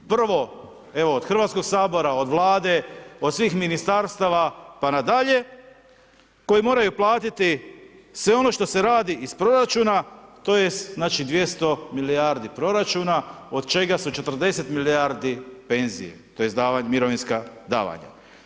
Prvo, evo, od HS-a, od Vlade, od svim Ministarstava, pa na dalje, koji moraju platiti sve ono što se radi iz proračuna, tj. znači, 200 milijardi proračuna, od čega su 40 milijardi penzije tj. mirovinska davanja.